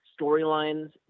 storylines